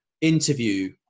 interview